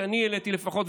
שאני העליתי לפחות,